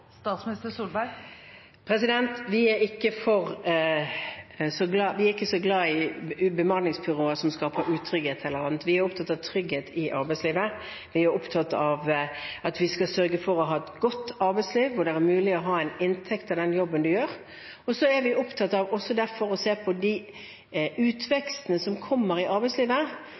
Vi er ikke så glad i bemanningsbyråer som skaper utrygghet eller annet. Vi er opptatt av trygghet i arbeidslivet, vi er opptatt av at vi skal sørge for å ha et godt arbeidsliv, hvor det er mulig å ha en inntekt av den jobben man gjør, og vi er derfor også opptatt av å se på de utvekstene som kommer i arbeidslivet.